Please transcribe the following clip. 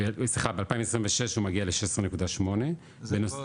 סליחה ב- 2026 הוא מגיע ל- 16.8. זה כבר